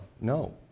No